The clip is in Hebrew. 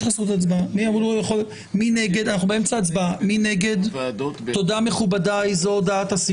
הצבעה בעד, רוב נגד, מיעוט הודעת הוועדה נתקבלה.